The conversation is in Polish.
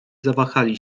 zawahali